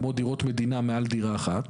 כמו דירות מדינה מעל דירה אחת,